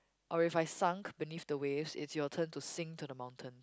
or if I sunk beneath the wave it's your turn to sing to the mountain